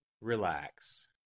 Relax